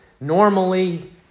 normally